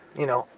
you know,